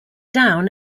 down